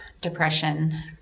depression